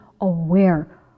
aware